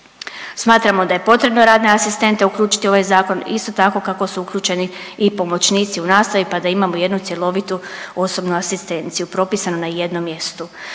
Smatramo da je potrebno radne asistente uključiti u ovaj zakon. Isto tako kako su uključeni i pomoćnici u nastavi, pa da imamo jednu cjelovitu osobnu asistenciju propisanu na jednom mjestu.